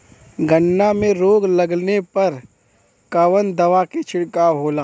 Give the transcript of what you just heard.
गन्ना में रोग लगले पर कवन दवा के छिड़काव होला?